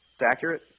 accurate